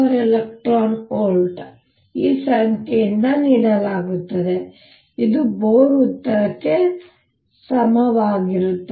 6Z2n2 eV ಈ ಸಂಖ್ಯೆಯಿಂದ ನೀಡಲಾಗುತ್ತದೆ ಇದು ಬೋರ್ ಉತ್ತರಕ್ಕೆ ಸಮವಾಗಿರುತ್ತದೆ